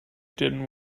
didn’t